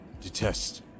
detest